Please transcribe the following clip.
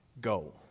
go